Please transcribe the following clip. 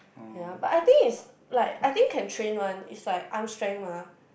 ya but I think is like I think can train one is like arm strength mah